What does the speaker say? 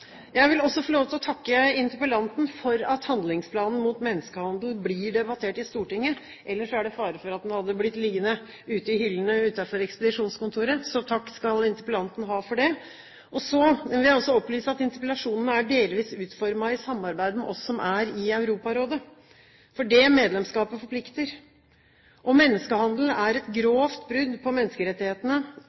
det en fare for at den hadde blitt liggende i hyllene utenfor ekspedisjonskontoret – så takk skal interpellanten ha for det! Jeg vil også opplyse om at interpellasjonen dels er utformet i samarbeid med oss som er i Europarådet – for det medlemskapet forplikter. Menneskehandel er et grovt brudd på menneskerettighetene